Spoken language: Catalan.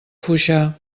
foixà